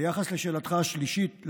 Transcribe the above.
ביחס לשאלתך השלישית,